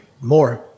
More